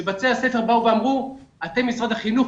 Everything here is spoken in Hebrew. שבתי הספר באו ואמרו: אתם משרד החינוך,